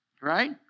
Right